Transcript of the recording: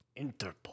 Interpol